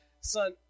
son